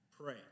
pray